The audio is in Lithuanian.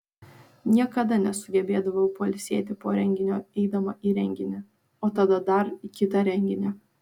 niekada nesugebėdavau pailsėti po renginio eidama į renginį o tada dar į kitą renginį